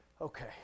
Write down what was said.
Okay